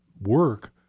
work